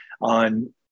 on